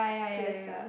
so that's the